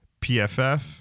PFF